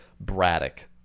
Braddock